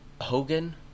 Hogan